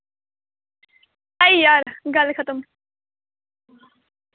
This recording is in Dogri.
ढाई ज्हार गल्ल खत्म